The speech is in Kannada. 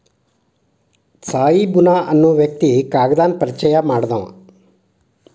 ತ್ಸಾಯಿ ಬುನಾ ಅನ್ನು ವ್ಯಕ್ತಿ ಕಾಗದಾನ ಪರಿಚಯಾ ಮಾಡಿದಾವ